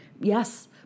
Yes